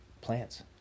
plants